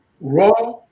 raw